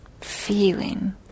feeling